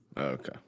okay